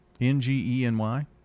N-G-E-N-Y